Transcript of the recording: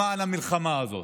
למען המלחמה הזאת,